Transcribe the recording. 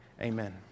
Amen